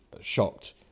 shocked